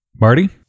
Marty